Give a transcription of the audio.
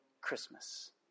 Christmas